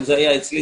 אם זה היה אצלי,